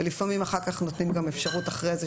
ולפעמים אחר כך נותנים גם אפשרות אחרי זה,